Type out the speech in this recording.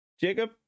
Jacob